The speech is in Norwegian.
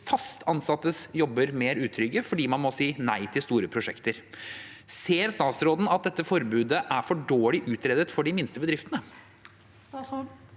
fast ansattes jobber mer utrygge fordi man må si nei til store prosjekter. Ser statsråden at dette forbudet er for dårlig utredet for de minste bedriftene?